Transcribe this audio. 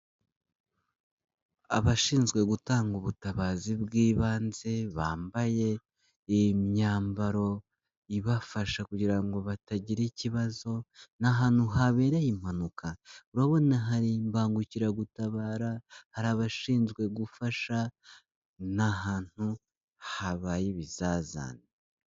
Abashinzwe gutanga ubutabazi bw'ibanze bambaye imyambaro ibafasha kugira ngo batagira ikibazo ni ahantu habera impanuka, urabona hari imbangukiragutabara hari abashinzwe gufasha ni ahantu habaye ibizazane.